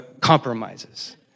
compromises